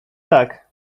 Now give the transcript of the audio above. tak